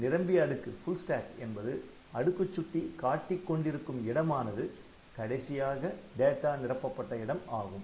நிரம்பிய அடுக்கு என்பது அடுக்குச் சுட்டி காட்டிக் கொண்டிருக்கும் இடமானது கடைசியாக டேட்டா நிரப்பப்பட்ட இடம் ஆகும்